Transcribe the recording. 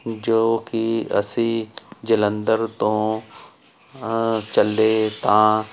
ਜੋ ਕਿ ਅਸੀਂ ਜਲੰਧਰ ਤੋਂ ਚੱਲੇ ਤਾਂ